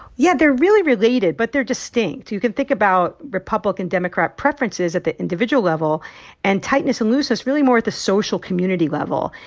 yeah, they're really related, but they're distinct. you can think about republican-democrat preferences at the individual level and tightness and looseness really more at the social community level,